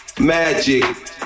magic